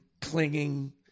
clinging